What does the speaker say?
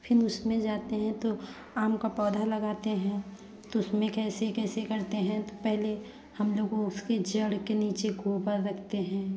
फिर उसमें जाते हैं तो आम का पौधा लगते हैं तो उसमें कैसे कैसे करते हैं तो पहले हम लोगों उसके जड़ के नीचे गोबर रखते हैं